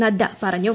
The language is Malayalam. നദ്ദ പറഞ്ഞു